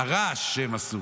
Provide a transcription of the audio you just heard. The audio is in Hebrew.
הרעש שהם עשו,